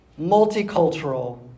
multicultural